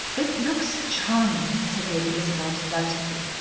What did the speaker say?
it looks charming, said lady isabel delightedly.